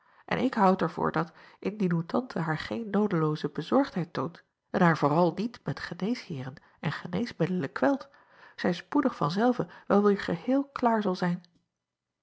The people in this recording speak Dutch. en ik hou het er voor dat indien uw ante haar geen noodelooze bezorgdheid toont en haar vooral niet met geneesheeren en geneesmiddelen kwelt zij spoedig van zelve wel weêr geheel klaar zal zijn